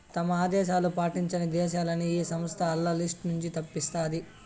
తమ ఆదేశాలు పాటించని దేశాలని ఈ సంస్థ ఆల్ల లిస్ట్ నుంచి తప్పిస్తాది